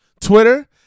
Twitter